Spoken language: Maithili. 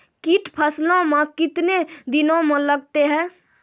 कीट फसलों मे कितने दिनों मे लगते हैं?